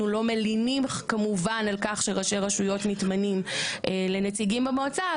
אנחנו לא מלינים כמובן על כך שראשי רשויות מתמנים לנציגים במועצה,